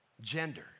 gender